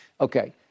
Okay